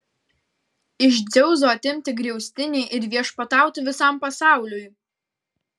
iš dzeuso atimti griaustinį ir viešpatauti visam pasauliui